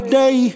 day